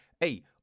hey